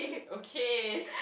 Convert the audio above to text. okay